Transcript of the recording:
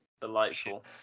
delightful